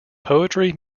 poetry